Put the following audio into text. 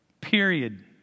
period